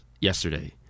yesterday